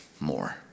more